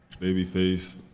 Babyface